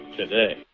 today